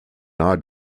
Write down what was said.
odd